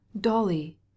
Dolly